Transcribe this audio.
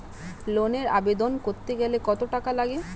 ঋণের আবেদন করতে গেলে কত টাকা লাগে?